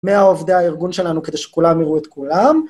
מהעובדי הארגון שלנו כדי שכולם יראו את כולם.